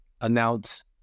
announce